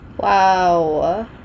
Wow